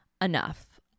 enough